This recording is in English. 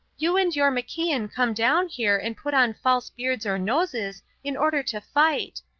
you and your macian come down here and put on false beards or noses in order to fight.